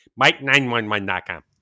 Mike911.com